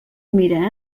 mire